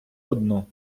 одну